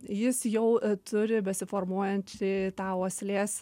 jis jau turi besiformuojantį tą uoslės